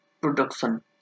production